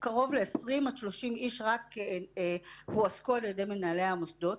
קרוב ל-20 עד 30 איש רק הועסקו על ידי מנהלי המוסדות.